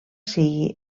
sigui